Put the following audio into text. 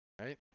Right